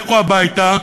לכו הביתה,